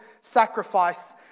sacrifice